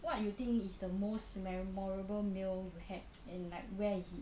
what you think is the most memorable meal you had and like where is it